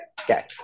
Okay